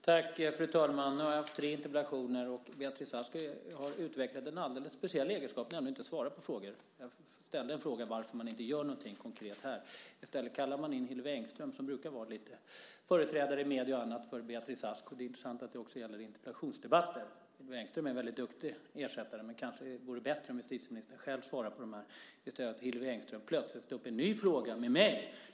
Fru talman! Jag har hittills haft tre interpellationsdebatter med Beatrice Ask. Hon har utvecklat en alldeles speciell egenskap, nämligen att hon inte alls svarar på frågor. Jag ställde här frågan varför man inte gör något konkret, men i stället för att svara på den kallade hon in Hillevi Engström, som brukar få företräda Beatrice Ask i medierna och i andra sammanhang. Det är intressant att detta också gäller i interpellationsdebatter. Hillevi Engström är en duktig ersättare, men det kanske vore bättre om justitieministern själv svarade. I stället tog Hillevi Engström upp en ny fråga med mig.